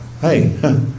hey